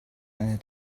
eine